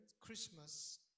Christmas